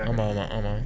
ஆமாமாஆமா:aamamaa aama